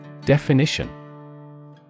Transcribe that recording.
Definition